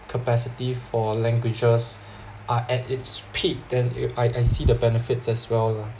capacity for languages are at its peak then if I I see the benefits as well lah